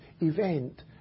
event